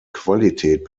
qualität